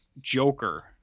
Joker